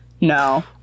No